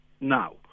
Now